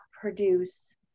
produce